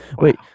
wait